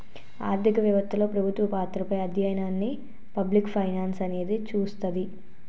ఆర్థిక వెవత్తలో ప్రభుత్వ పాత్రపై అధ్యయనాన్ని పబ్లిక్ ఫైనాన్స్ అనేది చూస్తది